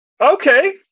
okay